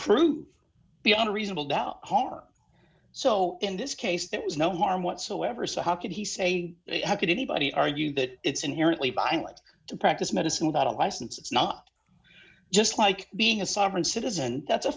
prove beyond a reasonable doubt harm or so in this case there is no harm whatsoever so how could he say it how could anybody argue that it's inherently binal it to practice medicine without a license it's not just like being a sovereign citizen that's a